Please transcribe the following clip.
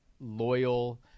loyal